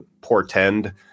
portend